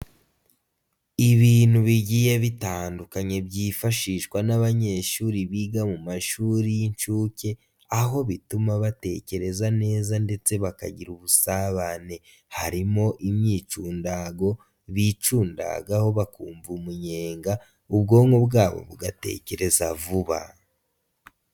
Ibintu bigiye bitandukanye byifashishwa n'abanyeshuri biga mu mashuri y'inshuke, aho bituma batekereza neza ndetse bakagira ubusabane, harimo imyicundago bicundagaho bakumva umunyenga, ubwonko bwabo bugatekereza vuba.